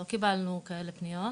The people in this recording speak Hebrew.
לא קיבלנו כאלו פניות,